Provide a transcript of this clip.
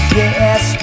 yes